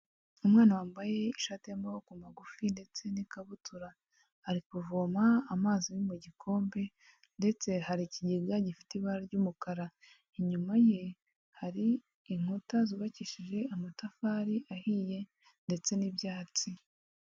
Umwana wambaye ishati y'amaboko magufi ndetse n'ikabutura, ari kuvoma amazi ye mu gikombe ndetse hari ikigega gifite ibara ry'umukara, inyuma ye hari inkuta zubakishije amatafari ahiye ndetse n'ibyatsi.